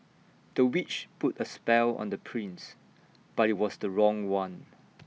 the witch put A spell on the prince but IT was the wrong one